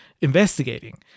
investigating